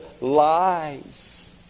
lies